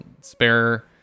spare